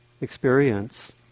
experience